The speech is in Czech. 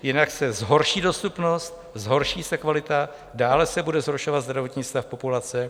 Jinak se zhorší dostupnost, zhorší se kvalita, dále se bude zhoršovat zdravotní stav populace.